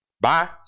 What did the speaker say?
Bye